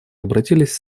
обратились